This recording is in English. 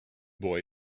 boy